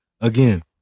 again